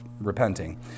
repenting